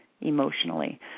emotionally